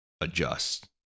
adjust